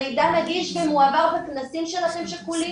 המידע נגיש ומועבר בכנסים של אחים שכולים,